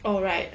oh right